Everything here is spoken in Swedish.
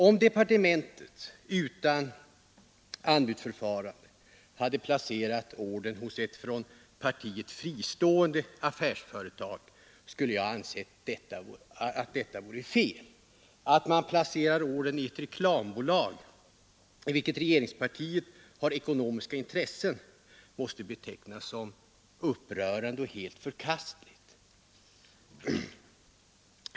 Om departementet utan anbudsförfarande hade placerat ordern hos ett från partiet fristående affärsföretag, skulle jag ha ansett att detta varit fel. Att man placerar ordern i ett reklambolag i vilket regeringspartiet har ekonomiska intressen måste betecknas som upprörande och helt förkastligt.